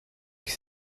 bike